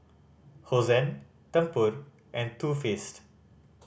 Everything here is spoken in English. Hosen Tempur and Too Faced